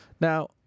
Now